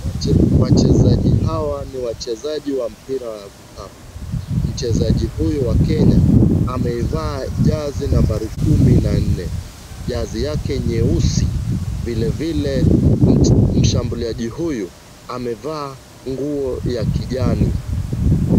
Wachezaji hawa ni wachezaji wa mpira wa vikapu. Mchezaji huyu wa kenya amevaa jezi ya nambari kumi na nne jazi yake nyeusi, vilevile mshambuliaji huyu amevaa nguo ya kijani.